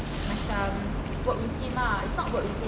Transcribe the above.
macam work with him lah is not work with him